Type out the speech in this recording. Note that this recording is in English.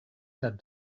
said